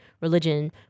religion